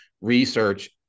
research